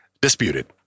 disputed